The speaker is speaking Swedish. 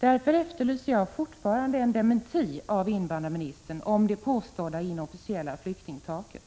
Därför efterlyser jag fortfarande en dementi av invandrarministern om det påstådda inofficiella flyktingtaket.